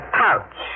pouch